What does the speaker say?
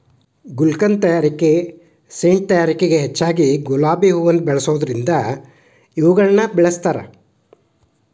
ಗುಲ್ಕನ್ ತಯಾರಿಕೆ ಸೇಂಟ್ ತಯಾರಿಕೆಗ ಹೆಚ್ಚಗಿ ಗುಲಾಬಿ ಹೂವುನ ಬಳಸೋದರಿಂದ ಇವುಗಳನ್ನ ಬೆಳಸ್ತಾರ